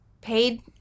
paid